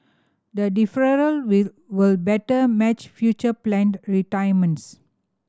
the deferral will better match future planned retirements